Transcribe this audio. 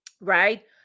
right